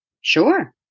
Sure